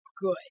good